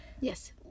Yes